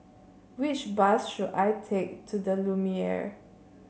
which bus should I take to the Lumiere